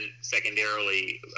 secondarily